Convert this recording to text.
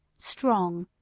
strong,